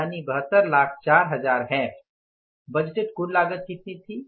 यानी 72 लाख चार हजार है बजटेड कुल लागत कितनी थी